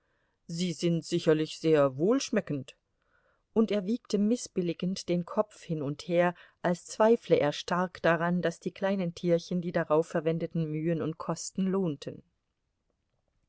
sie sind sicherlich sehr wohlschmeckend und er wiegte mißbilligend den kopf hin und her als zweifle er stark daran daß die kleinen tierchen die darauf verwendeten mühen und kosten lohnten